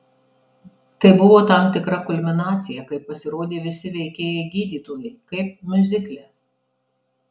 tai buvo tam tikra kulminacija kai pasirodė visi veikėjai gydytojai kaip miuzikle